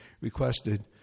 requested